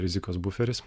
rizikos buferis